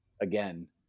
again